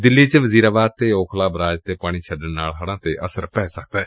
ਦਿੱਲੀ ਤੋਂ ਵਜ਼ੀਰਾਬਾਦ ਅਤੇ ਓਖਲਾ ਬਰਾਜ ਤੋਂ ਪਾਣੀ ਛੱਡਣ ਨਾਲ ਹੜਾਂ ਤੇ ਅਸਰ ਪੈ ਸਕਦੈ